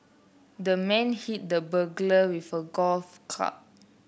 the man hit the burglar with a golf club